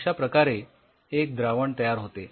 अश्या प्रकारे एक द्रावण तयार होते